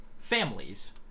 families